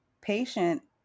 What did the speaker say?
patient